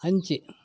அஞ்சு